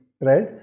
right